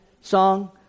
song